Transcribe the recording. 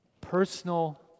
Personal